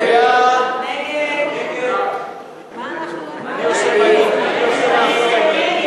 ההסתייגות הראשונה של חברי הכנסת דב